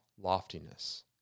Loftiness